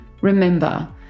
Remember